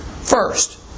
First